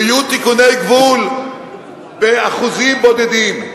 ויהיו תיקוני גבול באחוזים בודדים,